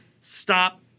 stop